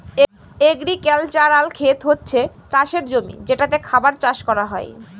agricultural খেত হচ্ছে চাষের জমি যেটাতে খাবার চাষ করা হয়